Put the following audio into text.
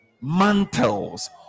mantles